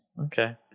Okay